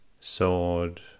sword